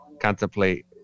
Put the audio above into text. contemplate